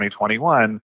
2021